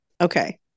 Okay